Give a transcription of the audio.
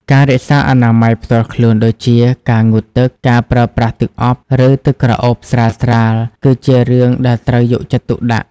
ការរក្សាអនាម័យផ្ទាល់ខ្លួនដូចជា ការងូតទឹក ការប្រើប្រាស់ទឹកអប់ ឬទឹកក្រអូបស្រាលៗ គឺជារឿងដែលត្រូវយកចិត្តទុកដាក់។